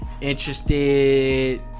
Interested